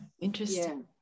interesting